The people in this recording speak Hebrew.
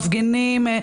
מפגינים,